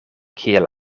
kiel